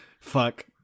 Fuck